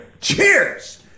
Cheers